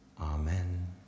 amen